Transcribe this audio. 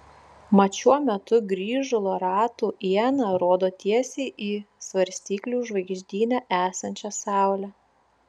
mat šiuo metu grįžulo ratų iena rodo tiesiai į svarstyklių žvaigždyne esančią saulę